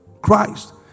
Christ